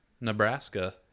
Nebraska